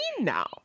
now